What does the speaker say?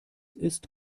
ist